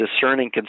discerning